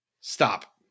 Stop